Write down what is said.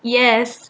yes